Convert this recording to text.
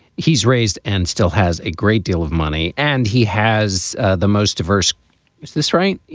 he's raised and still has a great deal of money and he has the most diverse is this right?